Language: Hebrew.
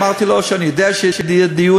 אמרתי לו שאני יודע שיהיה דיון,